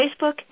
Facebook